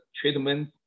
treatment